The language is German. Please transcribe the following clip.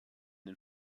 den